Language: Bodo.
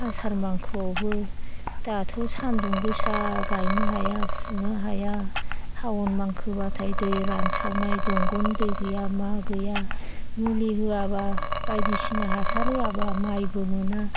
आसार मांखोआवबो दाथ' सानदुं गोसा गायनो हाया फुनो हाया सावन मांखोब्लाथाय दै रानसावनाय दंगनि दै गैया मा गैया मुलि होआब्ला बायदिसिना हासार होआब्ला माइबो मोना